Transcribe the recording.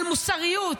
על מוסריות.